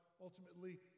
ultimately